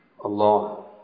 Allah